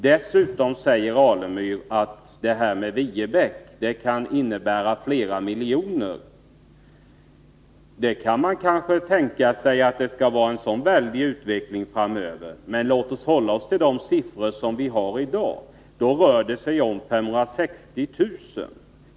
Dessutom säger Stig Alemyr att det här med Viebäck kan innebära flera miljoner. Kanske kan man tänka sig att det skall bli en sådan väldig utveckling framöver, men låt oss hålla oss till de siffror som vi har i dag! Då rör det sig om 560 000 kr.